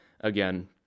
again